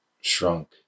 shrunk